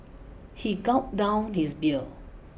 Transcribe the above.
he gulped down his beer